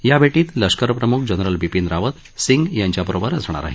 या भेटीत लष्कर प्रमुख जनरल बिपीन रावत सिंह यांच्याबरोबर असणार आहेत